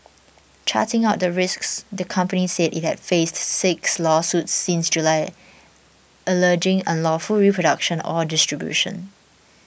charting out the risks the company said it had faced six lawsuits since July alleging unlawful reproduction or distribution